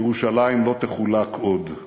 ירושלים לא תחולק עוד.